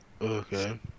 Okay